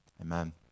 amen